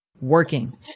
working